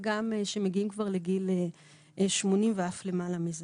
שמגיעים גם לגיל 80 ואף למעלה מזה.